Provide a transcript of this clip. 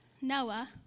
Noah